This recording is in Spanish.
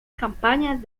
campañas